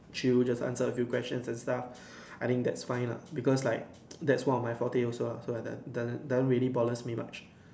chill just answer a few question and stuff I think that's fine lah because like that's one my forte also ah so that that that it doesn't doesn't bother me that much